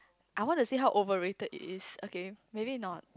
I wanna see how overrated it is okay maybe not